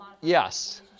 yes